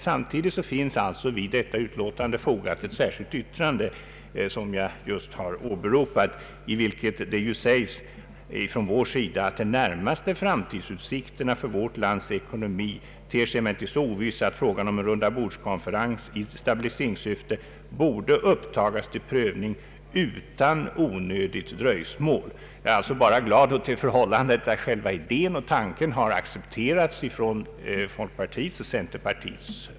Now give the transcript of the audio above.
Samtidigt finns till detta utlåtande fogat ett särskilt yttrande, som jag just har åberopat. Där säger vi: ”De närmaste framtidsutsikterna för vårt lands ekonomi ter sig emellertid så ovissa att frågan om en rundabordskonferens i stabiliseringssyfte borde upptagas till prövning utan onödigt dröjsmål.” Jag är bara glad åt det förhållandet att själva idén har accepterats av folkpartiet och centerpartiet.